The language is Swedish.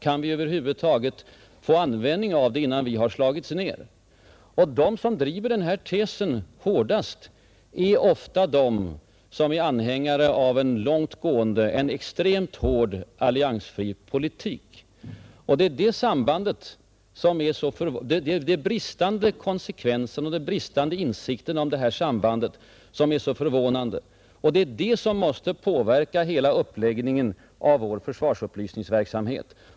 Kan vi över huvud taget få användning av ett försvar, innan vi har slagits ner? Och de som driver sin tes hårdast är ofta de som är anhängare av en långtgående, extremt hård alliansfri politik. Det är den bristande konsekvensen och den bristande insikten om detta samband som är så förvånande. Det är också det som måste påverka hela uppläggningen av vår försvarsupplysningsverksamhet.